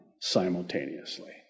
simultaneously